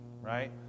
right